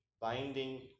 binding